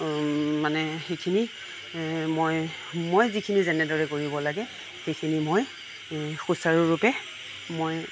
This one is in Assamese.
মানে সেইখিনি মই মই যিখিনি যেনেদৰে কৰিব লাগে সেইখিনি মই সুচাৰুৰূপে মই